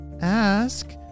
Ask